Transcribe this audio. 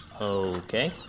Okay